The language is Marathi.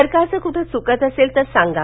सरकारचं कुठे चुकत असेल तर सांगा